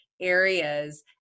areas